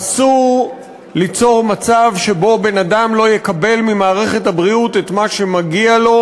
אסור ליצור מצב שבו בן-אדם לא יקבל ממערכת הבריאות את מה שמגיע לו,